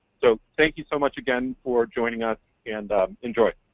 so thank you so much again for joining us and enjoy.